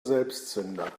selbstzünder